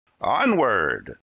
Onward